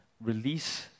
release